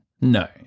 No